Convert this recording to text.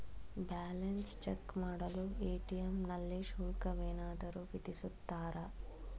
Balance check ಮಾಡಲು ATM ನಲ್ಲಿ ಶುಲ್ಕವೇನಾದರೂ ವಿಧಿಸುತ್ತಾರಾ?